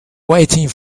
waiting